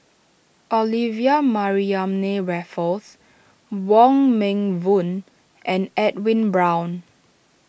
Olivia Mariamne Raffles Wong Meng Voon and Edwin Brown